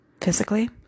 physically